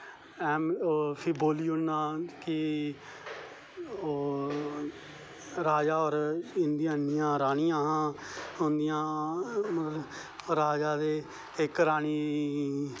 ओह् राजा होर ओह् इंदियां इन्नियां रानियां हियां उंदियां मतलव राज़ा ते इक रानी फ्ही बोल्ली ओड़नां कि